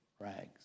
rags